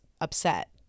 upset